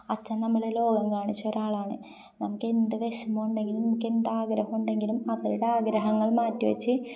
അച്ഛൻ നമ്മളെ ലോകം കാണിച്ച ഒരാളാണ് നമുക്ക് എന്ത് വിഷമം ഉണ്ടെങ്കിലും നമുക്ക് എന്താഗ്രഹം ഉണ്ടെങ്കിലും അവരുടെ ആഗ്രഹങ്ങൾ മാറ്റിവച്ചു